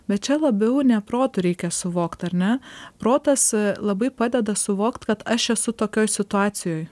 bet čia labiau ne protu reikia suvokt ar ne protas labai padeda suvokt kad aš esu tokioj situacijoj